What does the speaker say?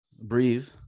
breathe